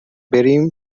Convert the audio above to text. بریم